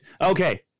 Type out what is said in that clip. Okay